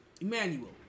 Emmanuel